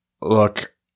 look